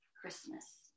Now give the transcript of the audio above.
Christmas